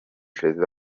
perezida